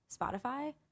spotify